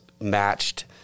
matched